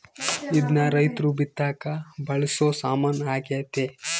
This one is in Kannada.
ಇದ್ನ ರೈರ್ತು ಬಿತ್ತಕ ಬಳಸೊ ಸಾಮಾನು ಆಗ್ಯತೆ